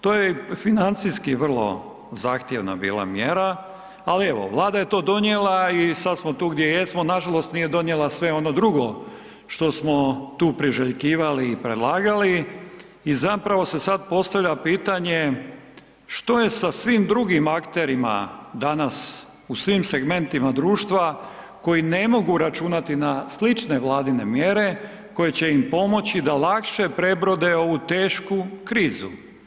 To je i financijski vrlo zahtjevna bila mjera ali evo Vlada je to donijela i sad smo tu gdje jesmo, nažalost nije donijela sve ono drugo što smo tu priželjkivali i predlagali i zapravo se sad postavlja pitanje što je sa svim drugim akterima danas u svim segmentima društva koji ne mogu računati na slične Vladine mjere koje će im pomoći da lakše prebrode ovu tešku krizu.